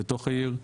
בתוך העיר.